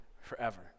forever